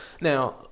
Now